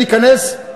ניכנס,